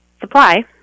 supply